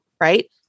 right